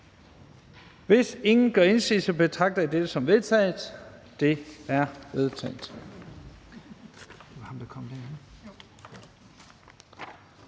Hvis ingen gør indsigelse, betragter jeg dette som vedtaget. Det er vedtaget.